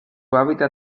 hábitat